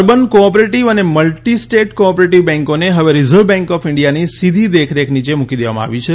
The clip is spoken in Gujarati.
અર્બન કો ઓપરેટિવ અને મલ્ટી સ્ટેટ કો ઓપરેટિવ બેન્કોને હવે રિઝર્વ બેન્ક ઓફ ઇન્ડિયાની સીધી દેખરેખ નીચે મુકી દેવામાં આવી છે